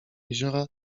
jeziora